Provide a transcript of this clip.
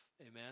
Amen